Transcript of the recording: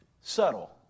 Subtle